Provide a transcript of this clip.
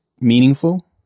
meaningful